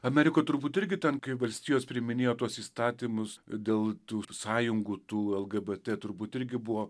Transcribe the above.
amerikoj turbūt irgi ten kai valstijos priiminėjo tuos įstatymus dėl tų sąjungų tų lgbt turbūt irgi buvo